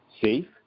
safe